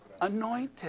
Anointed